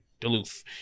Duluth